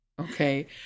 Okay